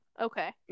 Okay